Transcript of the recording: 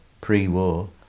pre-war